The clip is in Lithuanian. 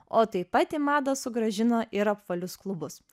o taip pat į madą sugrąžino ir apvalius klubus